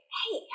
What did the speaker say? hey